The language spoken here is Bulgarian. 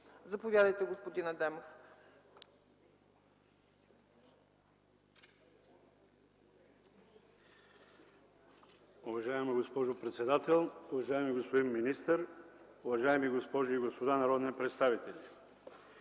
заповядайте господин Янев.